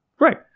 Right